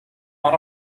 are